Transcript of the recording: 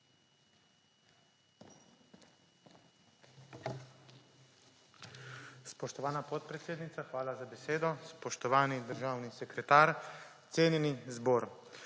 Spoštovana podpredsednica, hvala za besedo. Spoštovani državni sekretar, cenjeni zbor!